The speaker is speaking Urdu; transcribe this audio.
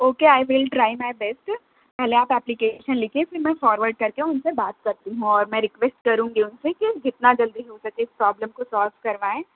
okay I will try my best پہلے آپ ایپلیکیشن لکھیں پھر میں فارورڈ کر کے اُن سے بات کرتی ہوں اور میں رکویسٹ کروں گی اُن سے کہ جتنا جلدی ہو سکے اِس پرابلم کو سالو کروائیں